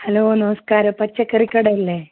hello നമസ്കാരം പച്ചക്കറി കടയല്ലേ